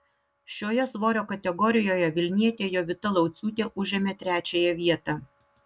šioje svorio kategorijoje vilnietė jovita lauciūtė užėmė trečiąją vietą